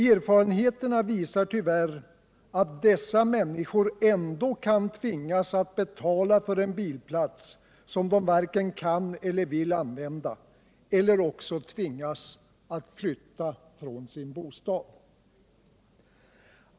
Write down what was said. Erfarenheterna visar tyvärr att dessa människor ändå kan tvingas att betala för en bilplats som de varken kan eller vill använda celler också tvingas att flytta från sin bostad.